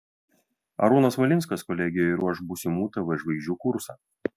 arūnas valinskas kolegijoje ruoš būsimų tv žvaigždžių kursą